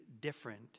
different